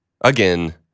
Again